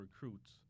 recruits